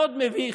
מאוד מביך.